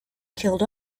killed